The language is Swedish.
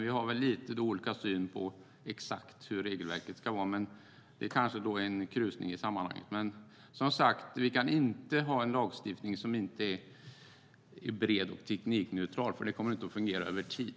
Vi har dock lite olika syn på exakt hur regelverket ska se ut, men det kanske är en krusning i sammanhanget. Vi kan dock, som sagt, inte ha en lagstiftning som inte är bred och teknikneutral. Det kommer nämligen inte att fungera över tid.